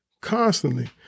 Constantly